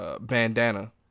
Bandana